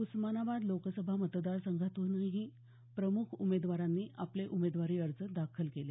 उस्मानाबाद लोकसभा मतदारसंघातूनही प्रमुख उमेदवारांनी आपले उमेदवारी अर्ज काल दाखल केले